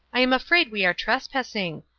i am afraid we are trespassing.